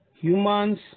humans